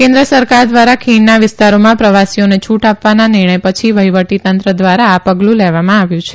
કેન્દ્ર સરકાર ધ્વારા ખીણના વિસ્તારોમાં પ્રવાસીઓને છુટ આપવાના નિર્ણય પછી વહીવટી તંત્ર ધ્વારા આ પગલુ લેવામાં આવ્યું છે